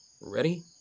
Ready